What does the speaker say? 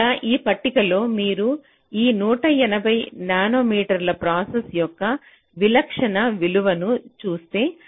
ఇక్కడ ఈ పట్టికలో మీరు ఈ 180 నానోమీటర్ ప్రాసెస్ యొక్క విలక్షణ విలువలను చూస్తే